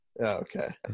Okay